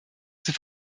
zur